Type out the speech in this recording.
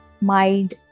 mind